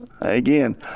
Again